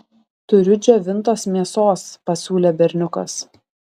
turiu džiovintos mėsos pasiūlė berniukas